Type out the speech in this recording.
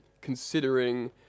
considering